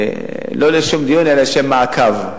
לא לשם דיון אלא לשם מעקב,